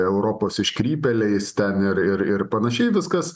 europos iškrypėliais ten ir ir ir panašiai viskas